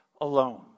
alone